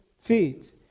feet